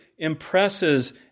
impresses